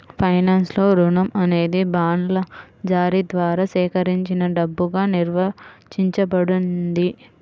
ఫైనాన్స్లో, రుణం అనేది బాండ్ల జారీ ద్వారా సేకరించిన డబ్బుగా నిర్వచించబడింది